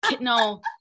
No